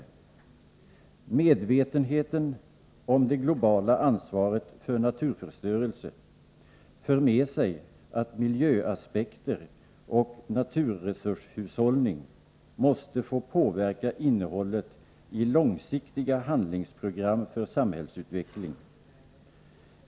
Medvetenheten om det globala ansvaret för naturförstörelse för med sig att miljöaspekter och naturresurshushållning måste få påverka innehållet i långsiktiga handlingsprogram för samhällsutveckling.